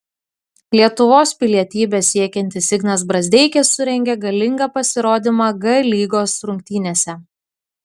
lietuvos pilietybės siekiantis ignas brazdeikis surengė galingą pasirodymą g lygos rungtynėse